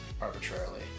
arbitrarily